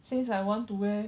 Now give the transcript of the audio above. since I want to wear